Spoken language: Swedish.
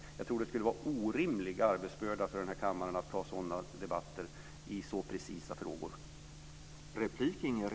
Jag tror att det skulle bli en orimlig arbetsbörda för den här kammaren att ta sådana debatter i så precisa frågor.